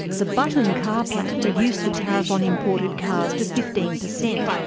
the button car plan reduced the tariff on imported cars to fifteen percent,